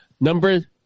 Number